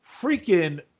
freaking